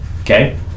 okay